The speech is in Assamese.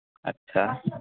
আচ্ছা